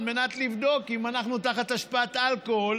על מנת לבדוק אם אנחנו תחת השפעת אלכוהול